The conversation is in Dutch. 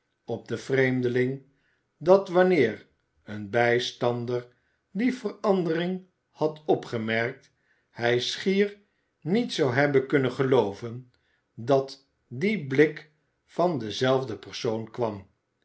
op den vreemdeling dat wanneer een bijstander die verandering had opgemerkt hij schier niet zou hebben kunnen gelooven dat die b ik van dezelfde persoon kwam